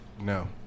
No